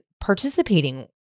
participating